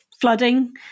flooding